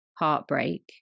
heartbreak